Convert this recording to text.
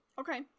Okay